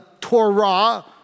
Torah